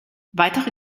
weitere